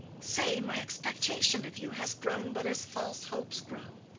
say, my expectation of you has grown but as false hopes grow.